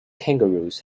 kangaroos